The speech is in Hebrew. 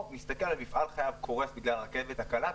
מסתכל על מפעל חייו קורס בגלל הרכבת הקלה,